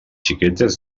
xiquetes